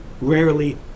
rarely